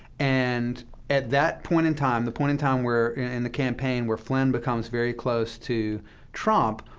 and at that point in time, the point in time where, in the campaign, where flynn becomes very close to trump,